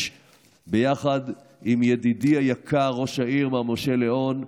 יחד עם ידידי היקר ראש העיר מר משה ליאון,